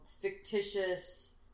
fictitious